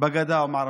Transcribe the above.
בגדה המערבית.